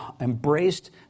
embraced